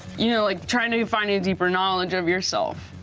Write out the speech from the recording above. you know, like trying to find a deeper knowledge of yourself.